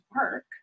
work